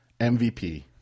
MVP